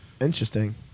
Interesting